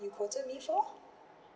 you quoted me for